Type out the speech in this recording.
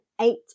eight